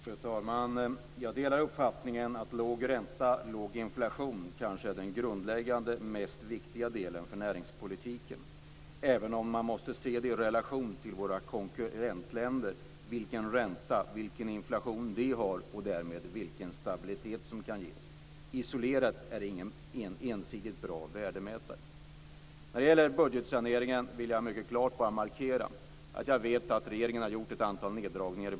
Fru talman! Jag delar uppfattningen att låg ränta och låg inflation är det grundläggande och mest viktiga för näringspolitiken, även om man måste se det i relation till våra konkurrentländers ränta och inflation och därmed vilken stabilitet som kan ges. Isolerat är det ingen ensidigt bra värdemätare. När det gäller budgetsaneringen vill jag mycket klart markera att jag vet att regeringen har gjort ett antal neddragningar.